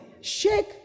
Shake